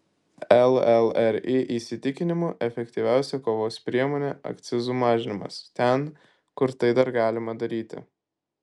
llri įsitikinimu efektyviausia kovos priemonė akcizų mažinimas ten kur tai dar galima daryti